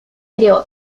creó